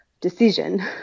decision